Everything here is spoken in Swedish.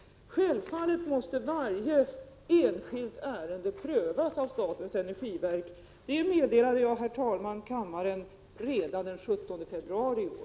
Självfallet måste varje enskilt ärende prövas av statens energiverk, och det meddelade jag i kammaren den 17 februari i år.